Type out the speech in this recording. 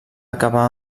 acabar